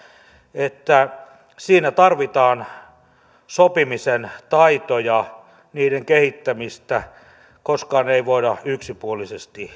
että siinä tarvitaan sopimisen taitoja ja niiden kehittämistä koskaan ei voida yksipuolisesti